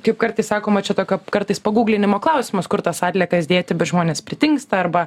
kaip kartais sakoma čia tokio kartais paguglinimo klausimas kur tas atliekas dėti bet žmonės pritingsta arba